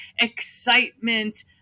excitement